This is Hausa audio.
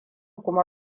kuma